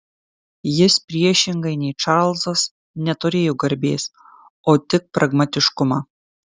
jis priešingai nei čarlzas neturėjo garbės o tik pragmatiškumą